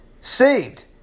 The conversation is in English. saved